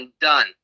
done